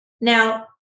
Now